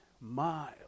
miles